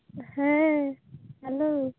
ᱦᱮᱸ ᱦᱮᱞᱳ